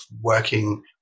working